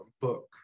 book